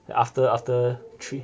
after after three